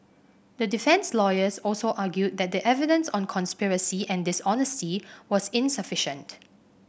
the defence lawyers also argued that the evidence on conspiracy and dishonesty was insufficient